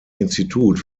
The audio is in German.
institut